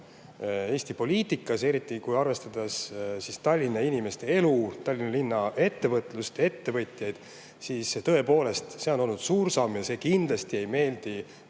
Eesti poliitikas, eriti kui arvestada Tallinna inimeste elu, Tallinna linna ettevõtlust ja ettevõtjaid. Tõepoolest, see on olnud suur samm ja see kindlasti ei meeldi